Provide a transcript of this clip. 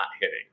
hitting